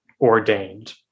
ordained